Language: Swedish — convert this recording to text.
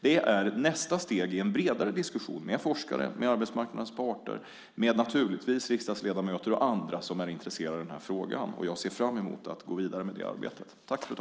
Det är nästa steg i en bredare diskussion med forskare, med arbetsmarknadens parter och naturligtvis med riksdagsledamöter och andra som är intresserade av den här frågan. Jag ser fram emot att gå vidare med det arbetet.